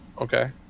Okay